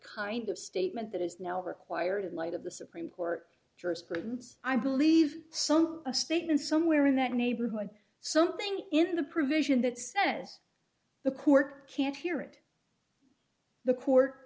kind of statement that is now required in light of the supreme court jurisprudence i believe some statements somewhere in that neighborhood something in the provision that says the court can't hear it the court